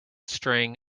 string